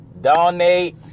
donate